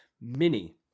Mini